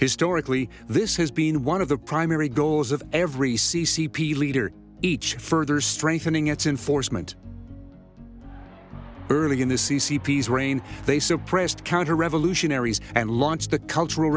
historically this has been one of the primary goals of every c c p leader each further strengthening its enforcement early in the c c p reign they suppressed counter revolutionaries and launched the cultural